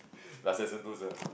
Rasa-sentosa